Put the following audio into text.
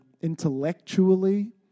intellectually